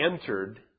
entered